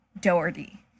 Doherty